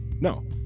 No